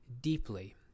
deeply